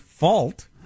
fault